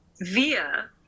Via